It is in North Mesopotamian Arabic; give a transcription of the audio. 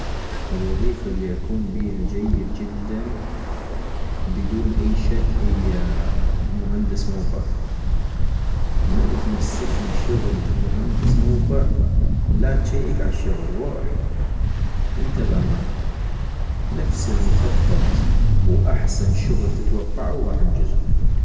الوظيفة الي اكو بيها جيد جداً بدون اي شك هي مهندس موقع - من تمسكني شغل مهندس موقع لا تجيك عالشغل ، غوح انت بأمان - نفس المخطط واحسن شغل تتوقعو غاح انجزو